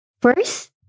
First